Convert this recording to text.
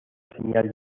señal